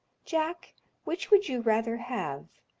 jack which would you rather have,